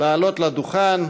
לעלות לדוכן,